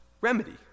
remedy